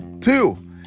Two